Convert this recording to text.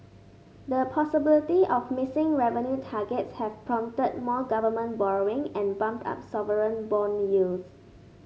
the possibility of missing revenue targets have prompted more government borrowing and bumped up sovereign bond yields